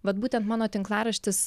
vat būtent mano tinklaraštis